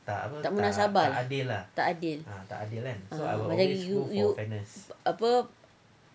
tak munasabah tak adil ah macam you you apa